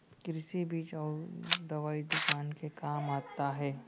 कृषि बीज अउ दवई दुकान के का महत्ता हे?